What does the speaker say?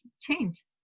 change